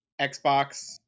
Xbox